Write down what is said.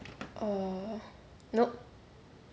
err nope